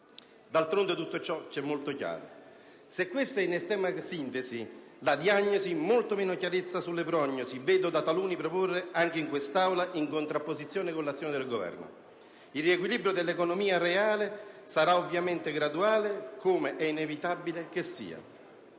D'altronde tutto ciò ci è molto chiaro. Se questa è, in estrema sintesi, la diagnosi, molta meno chiarezza sulle prognosi vedo da taluni proporre, anche in questa Aula, in contrapposizione con l'azione del Governo. Il riequilibrio dell'economia reale sarà ovviamente graduale, come è inevitabile che sia.